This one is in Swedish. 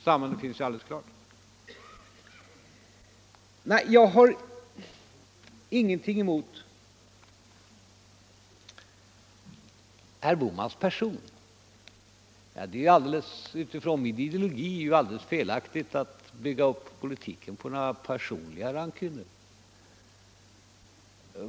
Sambandet är alldeles klart. Jag har ingenting emot herr Bohman som person. Utifrån min ideologi är det alldeles felaktigt att bygga upp politiken på personlig rancune.